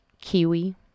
kiwi